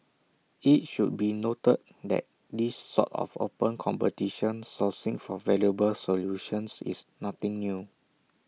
IT should be noted that this sort of open competition sourcing for valuable solutions is nothing new